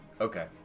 Okay